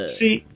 see